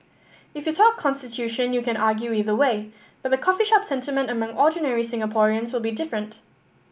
if you talk constitution you can argue either way but the coffee shop sentiment among ordinary Singaporeans will be different